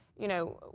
you know,